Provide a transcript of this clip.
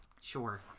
sure